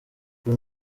uyu